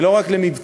ולא רק למבצר,